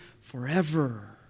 forever